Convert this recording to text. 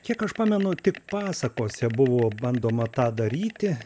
kiek aš pamenu tik pasakose buvo bandoma tą daryti